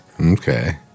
Okay